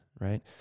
Right